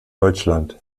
deutschland